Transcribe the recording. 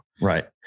Right